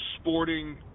sporting